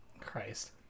Christ